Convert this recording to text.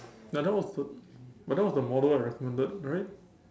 no that was the but that was the model I recommended right